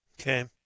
Okay